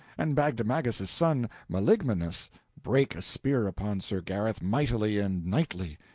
and bagdemagus's son meliganus brake a spear upon sir gareth mightily and knightly.